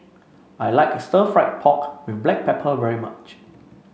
I like stir fry pork with Black Pepper very much